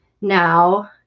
now